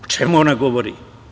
O čemu ona govori?